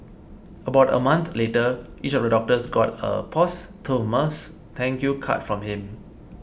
about a month later each of the doctors got a posthumous thank you card from him